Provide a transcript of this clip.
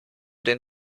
den